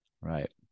right